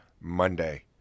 Monday